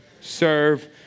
serve